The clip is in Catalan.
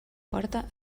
porta